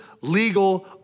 legal